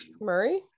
Murray